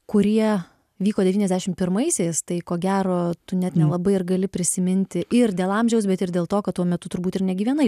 kurie vyko devyniasdešim pirmaisiais tai ko gero tu net nelabai ir gali prisiminti ir dėl amžiaus bet ir dėl to kad tuo metu turbūt ir negyvenai